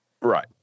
right